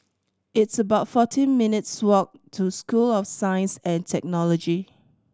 it's about forty minutes' walk to School of Science and Technology